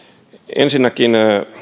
ensinnäkin